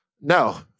No